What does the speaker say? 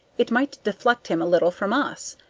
it might deflect him a little from us.